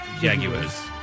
Jaguars